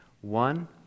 One